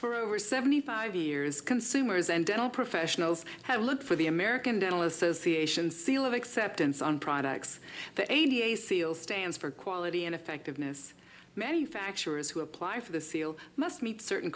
for over seventy five years consumers and dental professionals have looked for the american dental association seal of acceptance on products that a t f seal stands for quality and effectiveness manufacturers who apply for the seal must meet certain